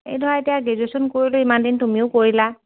এই ধৰা এতিয়া গ্ৰেজুৱেশ্যন কৰিলোঁ ইমান দিন তুমিও কৰিলা